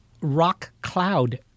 rock-cloud